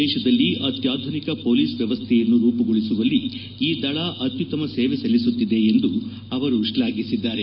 ದೇಶದಲ್ಲಿ ಅತ್ತಾಧುನಿಕ ಹೊಲೀಸ್ ವ್ವವಸ್ಥೆಯನ್ನು ರೂಪುಗೊಳಿಸುವಲ್ಲಿ ಈ ದಳ ಅತ್ನುತ್ತಮ ಸೇವೆ ಸಲ್ಲಿಸುತ್ತಿದೆ ಎಂದು ಅವರು ಶ್ಲಾಘಿಸಿದ್ದಾರೆ